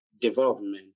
development